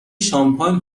شانپاین